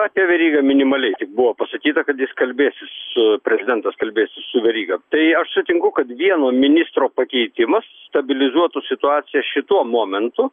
apie verygą minimaliai tik buvo pasakyta kad jis kalbėsis su prezidentas kalbėsis su veryga tai aš sutinku kad vieno ministro pakeitimas stabilizuotų situaciją šituo momentu